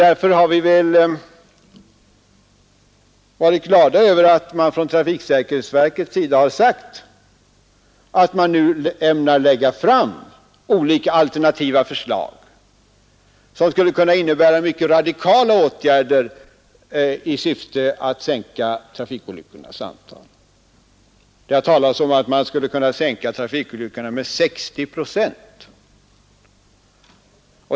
Därför har vi varit glada över att man från trafiksäkerhetsverkets sida sagt att man nu ämnar lägga fram olika alternativa förslag som skulle kunna innebära mycket radikala åtgärder i syfte att sänka trafikolyckornas antal — det har talats om att det antalet skulle kunna sänkas med 60 procent.